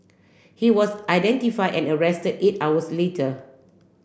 he was identify and arrested eight hours later